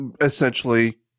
essentially